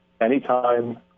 Anytime